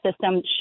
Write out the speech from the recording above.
system